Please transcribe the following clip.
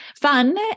fun